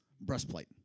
breastplate